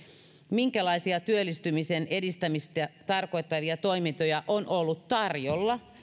minkälaisia työllistymisen edistämistä tarkoittavia toimintoja on ollut tarjolla